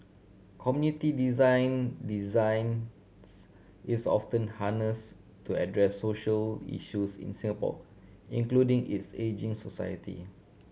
community design designs is often harnessed to address social issues in Singapore including its ageing society